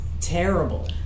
terrible